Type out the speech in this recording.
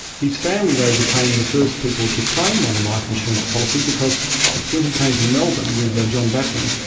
his family though became the first people to claim on a life insurance policy, because when he came to melbourne with ah john batman,